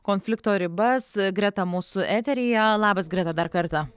konflikto ribas greta mūsų eteryje labas greta dar kartą